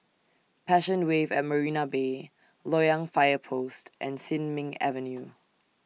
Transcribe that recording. Passion Wave At Marina Bay Loyang Fire Post and Sin Ming Avenue